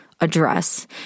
address